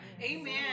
Amen